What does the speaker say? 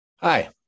Hi